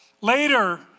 Later